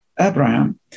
Abraham